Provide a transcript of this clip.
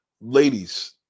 Ladies